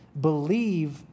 believe